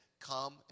come